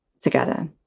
together